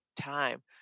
time